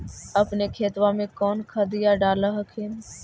अपने खेतबा मे कौन खदिया डाल हखिन?